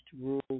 rule